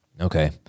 Okay